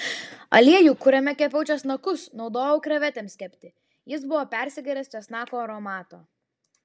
aliejų kuriame kepiau česnakus naudojau krevetėms kepti jis buvo persigėręs česnako aromato